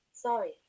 Sorry